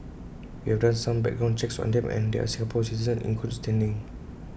we have done some background checks on them and they are Singapore citizens in good standing